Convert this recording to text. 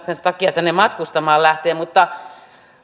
takia matkustamaan lähtee mutta